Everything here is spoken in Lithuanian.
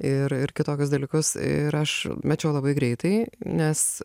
ir ir kitokius dalykus ir aš mečiau labai greitai nes